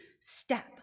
step